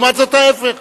לעומת זאת ההיפך.